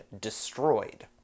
destroyed